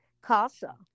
CASA